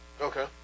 Okay